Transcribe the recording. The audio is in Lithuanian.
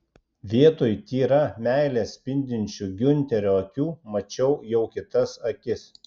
vietoj tyra meile spindinčių giunterio akių mačiau jau kitas akis